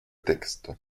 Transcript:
texte